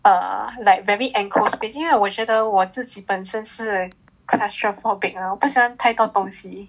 err like very enclosed space 因为我觉得我自己本身是 claustrophobic lah 我不喜欢太多东西